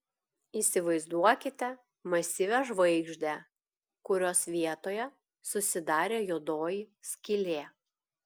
įsivaizduokite masyvią žvaigždę kurios vietoje susidarė juodoji skylė